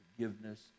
forgiveness